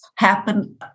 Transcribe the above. Happen